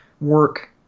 work